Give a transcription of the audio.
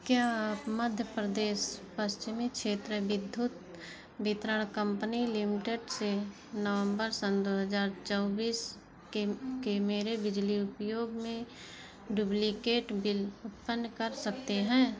क्या आप Madhya Pradesh Paschim Kshetra Vidyut Vitaran company limited से नवंबर सन दो हज़ार चौबीस के के मेरे बिजली उपयोग की डुप्लिकेट बिल उत्पन कर सकते हैं